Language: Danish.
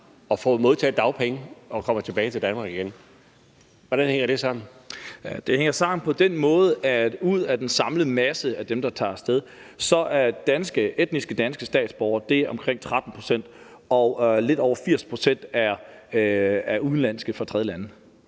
fra at modtage dagpenge, når de kommer tilbage til Danmark igen. Hvordan hænger det sammen? Kl. 16:51 Lars Boje Mathiesen (NB): Det hænger sammen på den måde, at ud af den samlede masse af dem, der tager af sted, udgør etnisk danske statsborgere omkring 13 pct., og lidt over 80 pct. er udenlandske fra tredjelande.